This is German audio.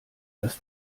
dass